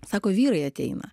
sako vyrai ateina